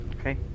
Okay